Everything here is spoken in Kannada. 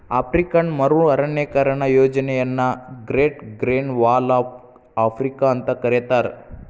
ಆಫ್ರಿಕನ್ ಮರು ಅರಣ್ಯೇಕರಣ ಯೋಜನೆಯನ್ನ great green wall of Africa ಅಂತ ಕರೇತಾರ